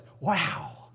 Wow